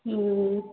ہوں